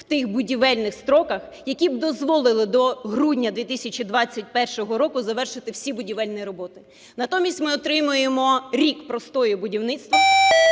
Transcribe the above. в тих будівельних строках, які б дозволили до грудня 2021 року завершити всі будівельні роботи. Натомість ми отримуємо рік простою будівництва